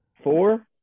four